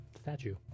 statue